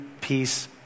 peace